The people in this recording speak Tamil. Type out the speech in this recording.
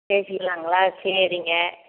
பேசிக்கலாங்களா சரிங்க